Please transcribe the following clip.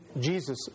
Jesus